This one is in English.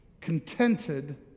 contented